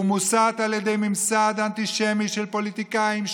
הוא מוסת על ידי ממסד אנטישמי של פוליטיקאים,